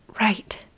right